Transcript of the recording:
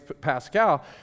Pascal